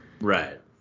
Right